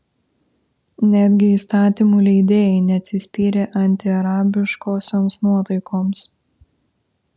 netgi įstatymų leidėjai neatsispyrė antiarabiškosioms nuotaikoms